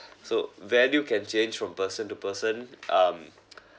so value can change from person to person um